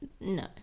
no